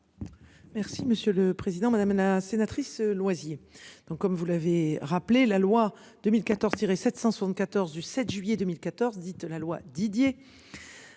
Merci monsieur le président, madame Ana sénatrice loisirs donc comme vous l'avez rappelé la loi 2014 tirer 774 du 7 juillet 2014, dite la loi Didier.